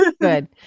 good